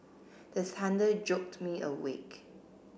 the thunder jolt me awake